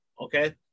okay